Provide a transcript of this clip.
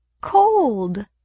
cold